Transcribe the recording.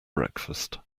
breakfast